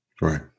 Right